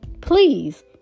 please